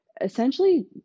essentially